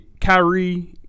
Kyrie